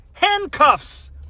Handcuffs